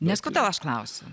nes kodėl aš klausiu